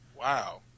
Wow